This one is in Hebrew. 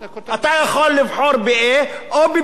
אתה יכול לבחור ב-a או ב-b.